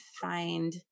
find